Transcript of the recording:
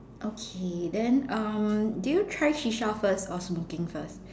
okay then um did you try shisha first or smoking first